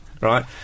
right